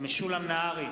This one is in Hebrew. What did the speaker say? משולם נהרי,